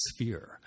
sphere